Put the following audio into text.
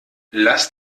lass